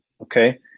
okay